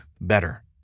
better